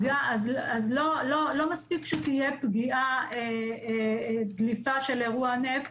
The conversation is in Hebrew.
לא מספיק שתהיה פגיעה, דליפה של אירוע נפט,